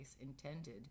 intended